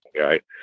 right